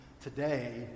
today